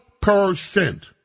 percent